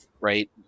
right